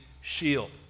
shield